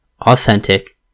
authentic